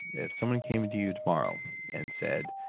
if someone came and to you tomorrow and said,